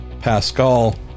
Pascal